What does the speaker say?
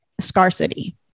scarcity